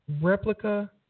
replica